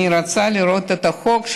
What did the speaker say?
אני רוצה לראות את החוק,